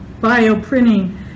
bioprinting